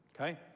okay